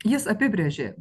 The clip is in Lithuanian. jis apibrėžė